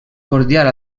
cordial